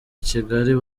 kigali